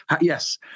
Yes